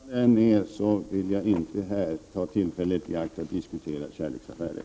Herr talman! Hur frestande det än är vill jag inte här ta tillfället i akt att diskutera kärleksaffärer.